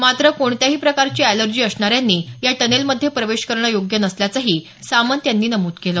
मात्र कोणत्याही प्रकारची अॅलर्जी असणाऱ्यांनी या टनेलमध्ये प्रवेश करणं योग्य नसल्याचंही सामंत यांनी नमूद केलं